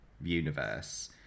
universe